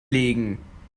legen